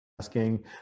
asking